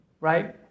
right